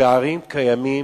הפערים קיימים